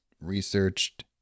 researched